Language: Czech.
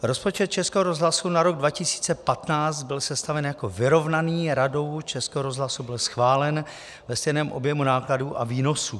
Rozpočet Českého rozhlasu na rok 2015 byl sestaven jako vyrovnaný, Radou Českého rozhlasu byl schválen ve stejném objemu nákladů a výnosů.